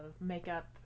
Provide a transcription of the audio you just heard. makeup